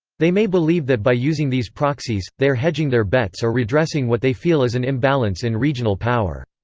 they may believe that by using these proxies, they are hedging their bets or redressing what they feel is an imbalance in regional power.